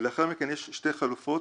ולאחר מכן יש שתי חלופות,